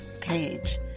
page